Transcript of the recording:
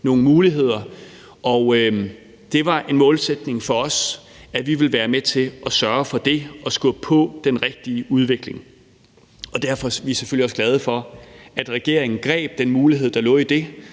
nogle muligheder. Det var en målsætning for os, at vi ville være med til at sørge for det og skubbe på den rigtige udvikling. Derfor er vi selvfølgelig også glade for, at regeringen greb den mulighed, der lå i det,